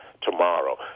tomorrow